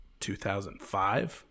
2005